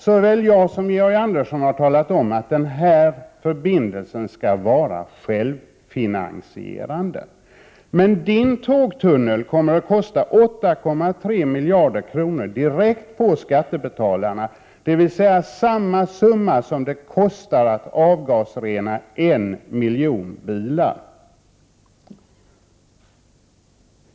Såväl jag som Georg Andersson har talat om att den här förbindelsen skall vara självfinansierande. Men Ulla Tillanders tågtunnel kommer att kosta 8,3 miljarder kr. , som läggs direkt på skattebetalarna, dvs. samma summa som det kostar att avgasrena en miljon bilar.